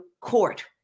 Court